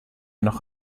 noch